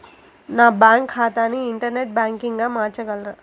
నా బ్యాంక్ ఖాతాని ఇంటర్నెట్ బ్యాంకింగ్గా మార్చగలరా?